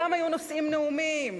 וכולם היו נושאים נאומים,